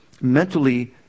mentally